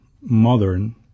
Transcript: modern